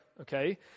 Okay